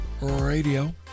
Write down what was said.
Radio